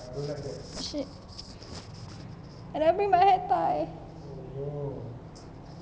shit I never bring my hair tie